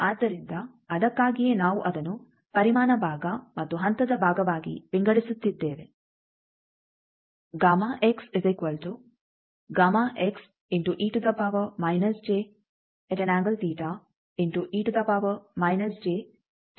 ಆದ್ದರಿಂದ ಅದಕ್ಕಾಗಿಯೇ ನಾವು ಅದನ್ನು ಪರಿಮಾಣ ಭಾಗ ಮತ್ತು ಹಂತದ ಭಾಗವಾಗಿ ವಿಂಗಡಿಸುತ್ತಿದ್ದೇವೆ